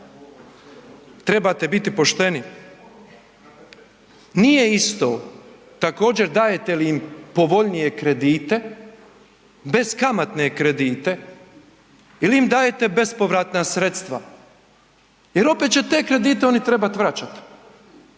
Trebate biti pošteni. Nije isto također dajete li im povoljnije kredite, beskamatne kredite ili im dajete bespovratna sredstva jer opet će te kredite oni trebat vraćat,